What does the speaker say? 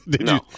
No